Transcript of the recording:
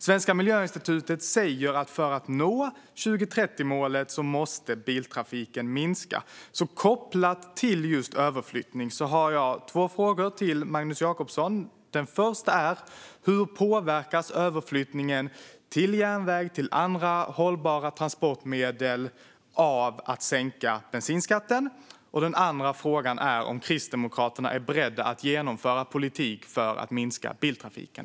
Svenska Miljöinstitutet säger att för att vi ska nå 2030-målet måste biltrafiken minska. Kopplat till just överflyttning har jag därför två frågor till Magnus Jacobsson. Den första är: Hur påverkas överflyttningen till järnväg och till andra hållbara transportmedel av att man sänker bensinskatten? Den andra frågan är om Kristdemokraterna är beredda att genomföra politik för att minska biltrafiken.